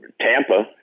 Tampa